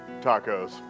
tacos